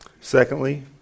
secondly